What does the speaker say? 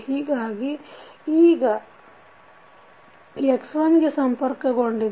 ಹೀಗಾಗಿ ಬಲ ಈಗ x1ಗೆ ಸಂಪರ್ಕಗೊಂಡಿದೆ